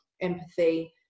empathy